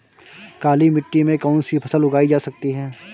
काली मिट्टी में कौनसी फसल उगाई जा सकती है?